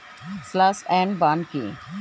Slash and burn কি?